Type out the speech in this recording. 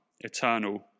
eternal